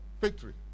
Victory